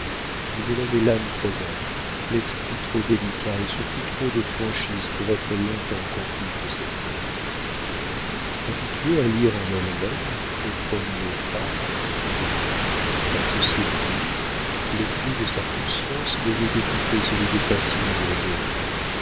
mais elle avait l'âme trop belle l'esprit trop délicat et surtout trop de franchise pour être long-temps complice de ces fraudes habituée à lire en elle-même au premier pas dans le vice car ceci était du vice le cri de sa conscience devait étouffer celui des passions et de l'égoïsme